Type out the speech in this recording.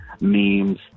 memes